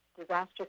disaster